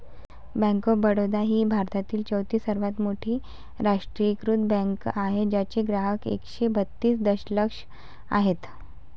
bank of Baroda ही भारतातील चौथी सर्वात मोठी राष्ट्रीयीकृत बँक आहे ज्याचे ग्राहक एकशे बत्तीस दशलक्ष आहेत